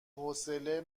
حوصله